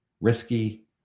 risky